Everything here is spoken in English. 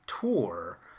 tour